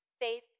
Faith